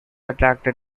attracted